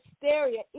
hysteria